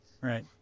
Right